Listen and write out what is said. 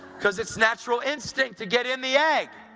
because it's natural instinct to get in the egg.